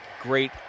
great